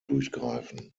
durchgreifen